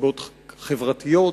סיבות חברתיות,